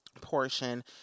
portion